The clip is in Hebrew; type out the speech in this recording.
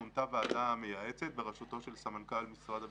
מונתה ועדה מייעצת בראשותו של סמנכ"ל משרד הביטחון,